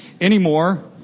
anymore